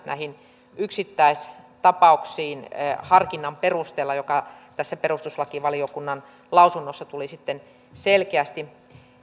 näihin yksittäistapauksiin harkinnan perusteella mikä tässä perustuslakivaliokunnan lausunnossa tuli sitten selkeästi